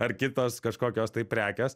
ar kitos kažkokios tai prekės